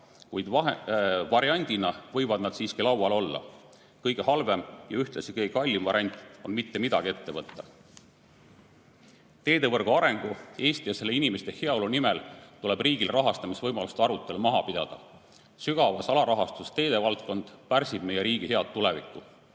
kuid varuvariandina võivad nad siiski laual olla. Kõige halvem ja ühtlasi kõige kallim variant on mitte midagi ette võtta. Teevõrgu arengu, Eesti ja selle inimeste heaolu nimel tuleb riigil rahastamisvõimaluste arutelu maha pidada. Sügavas alarahastuses teevaldkond pärsib meie riigi head tulevikku.